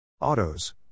Autos